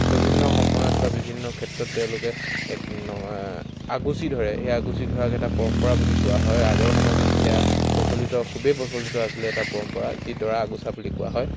বিভিন্ন সময়ত বা বিভিন্ন ক্ষেত্ৰত তেওঁলোকে এক আগুচি ধৰে সেই আগুচি ধৰাক এটা পৰম্পৰা বুলি কোৱা হয় আগৰ সমাজত এয়া প্ৰচলিত খুবেই প্ৰচলিত আছিলে এটা পৰম্পৰা যি দৰা আগুচা বুলি কোৱা হয়